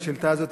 והשאילתא הזאת,